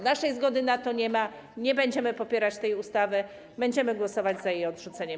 Naszej zgody na to nie ma, nie będziemy popierać tej ustawy, będziemy głosować za jej odrzuceniem.